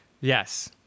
yes